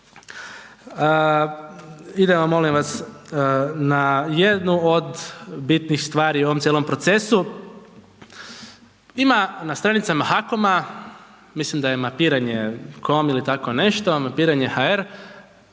Idemo molim vas, na jednu od bitnih stvari u ovom cijelom procesu, ima na stranicama HAKOM-a, mislim da je mapiranje.com ili tako nešto, mapiranje.hr,